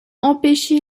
empêché